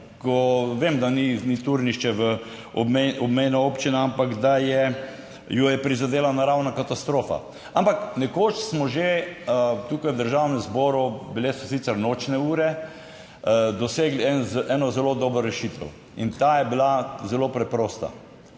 ko vem, da ni Turnišče v, obmejna občina, ampak da jo je prizadela naravna katastrofa, ampak nekoč smo že tukaj v Državnem zboru, bile so sicer nočne ure, dosegli eno zelo dobro rešitev, in ta je bila zelo preprosta: